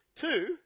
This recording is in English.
Two